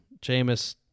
Jameis